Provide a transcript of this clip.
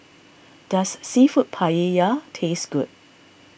does Seafood Paella taste good